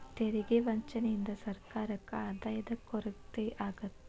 ತೆರಿಗೆ ವಂಚನೆಯಿಂದ ಸರ್ಕಾರಕ್ಕ ಆದಾಯದ ಕೊರತೆ ಆಗತ್ತ